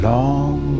long